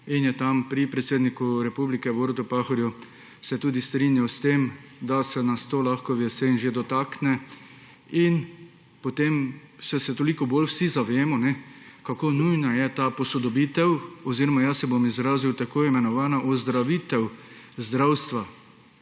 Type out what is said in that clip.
Sloveniji. Pri predsedniku republike Borutu Pahorju se je tudi strinjal s tem, da se nas to lahko že v jeseni dotakne. In potem se toliko bolj vsi zavemo, kako nujna je ta posodobitev oziroma jaz se bom izrazil tako imenovana ozdravitev zdravstva,